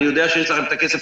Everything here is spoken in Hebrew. אני יודע שיש לכם את הכסף,